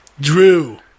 Drew